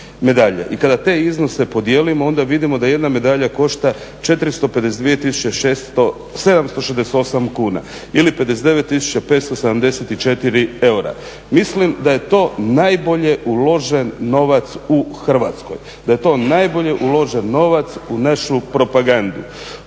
I kada te iznose podijelimo onda vidimo da jedna medalja košta 452 768 kuna, ili 590 574 eura. Mislim da je to najbolje uložen novac u Hrvatskoj, da je to najbolje uložen novac u našu propagandu.